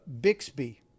Bixby